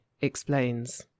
explains